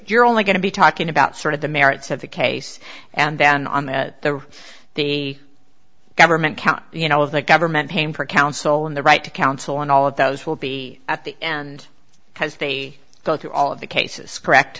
you're only going to be talking about sort of the merits of the case and then on the at the the government count you know of the government paying for counsel and the right to counsel and all of those will be at the end as they go through all of the cases correct